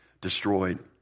destroyed